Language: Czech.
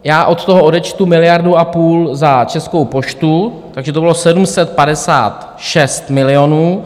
Já od toho odečtu 1,5 miliardy za Českou poštu, takže to bylo 756 milionů.